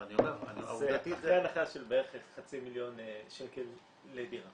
אני אומר --- אחרי הנחה של בערך חצי מיליון שקל לדירה.